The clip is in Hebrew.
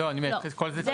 לא, אני אומר --- זה נמחק.